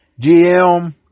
GM